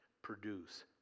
produce